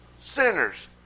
sinners